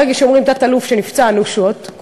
ברגע שאומרים תת-אלוף שנפצע אנושות,